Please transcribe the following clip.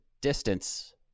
distance